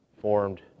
formed